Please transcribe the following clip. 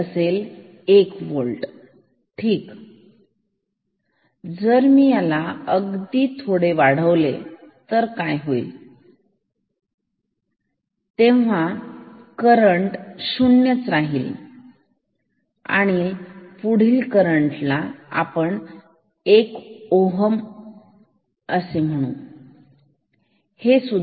जसे की 1 होल्ट ठीक जर मी याला अगदीच थोडे वाढवले तर काय होईल करंट शून्यच राहिला पुढील करंट ला आपण 1 ओहम चा असे म्हणू